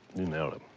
you nailed it.